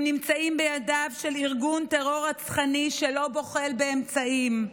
הם נמצאים בידיו של ארגון טרור רצחני שלא בוחל באמצעים.